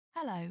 Hello